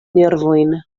nervojn